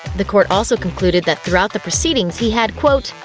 the court also concluded that throughout the proceedings he had, quote.